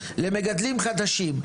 למגדלים חדשים.